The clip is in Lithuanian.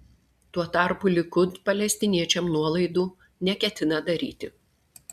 tuo tarpu likud palestiniečiams nuolaidų neketina daryti